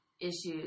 issues